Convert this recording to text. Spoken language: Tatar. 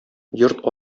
йорт